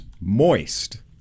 Moist